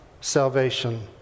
salvation